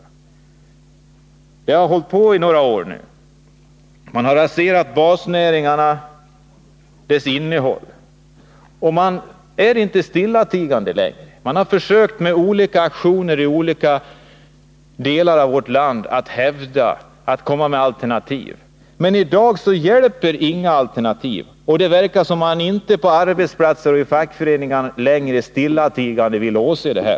I ett par år nu har denna politik bedrivits, och det har raserat basnäringarna och deras innehåll. Men människorna åser inte längre detta stillatigande. Vid aktioner i olika delar av vårt land har man försökt komma med alternativ, men i dag mottas inte några alternativ. Det verkar som om man på arbetsplatserna och i fackföreningarna inte längre stillatigande vill åse detta.